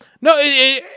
No